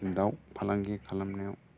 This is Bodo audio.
दाव फालांगि खालामनायाव